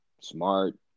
smart